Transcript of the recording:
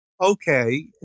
okay